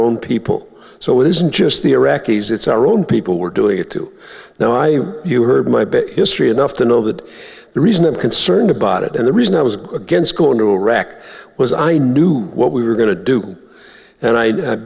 own people so it isn't just the iraqis it's our own people we're doing it too now i heard my bit history enough to know that the reason i'm concerned about it and the reason i was against going to iraq was i knew what we were going to do and i'd ha